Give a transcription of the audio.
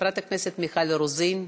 חברת הכנסת מיכל רוזין,